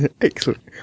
Excellent